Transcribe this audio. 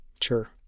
Sure